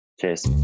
Cheers